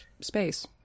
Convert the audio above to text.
space